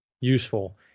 useful